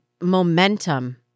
momentum